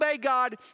God